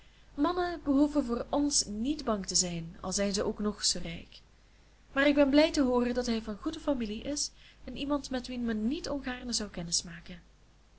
mannen behoeven voor ons niet bang te zijn al zijn ze ook nog zoo rijk maar ik ben blij te hooren dat hij van goede familie is en iemand met wien men niet ongaarne zou kennismaken